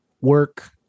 work